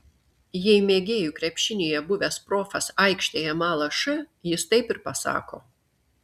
jei mėgėjų krepšinyje buvęs profas aikštėje mala š jis taip ir pasako